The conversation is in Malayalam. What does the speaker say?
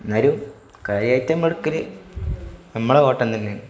എന്നാലും കഴയറ്റം എടുക്കല് നമ്മുടെ ഫോട്ടം തന്നെയാണ്